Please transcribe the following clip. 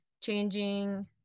changing